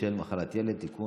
הצעת חוק דמי מחלה (היעדרות בשל מחלת ילד) (תיקון,